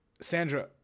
Sandra